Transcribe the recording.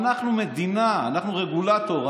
אנחנו מדינה, אנחנו רגולטור.